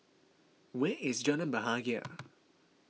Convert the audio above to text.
where is Jalan Bahagia